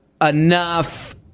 enough